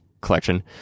collection